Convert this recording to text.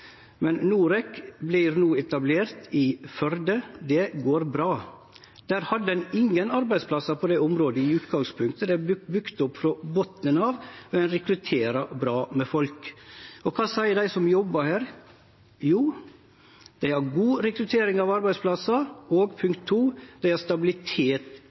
Men Norec vert no etablert i Førde. Det går bra. Der hadde ein ingen arbeidsplassar på det området i utgangspunktet. Det er bygt opp frå botnen av, og ein rekrutterer bra med folk. Kva seier dei som jobbar der? Jo, at dei har god rekruttering av arbeidskraft, og at dei har stabilitet i arbeidskrafta. Det